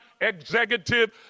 executive